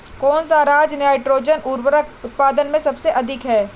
कौन सा राज नाइट्रोजन उर्वरक उत्पादन में सबसे अधिक है?